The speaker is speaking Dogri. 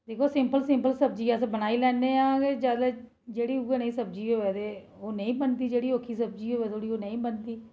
खाल्ली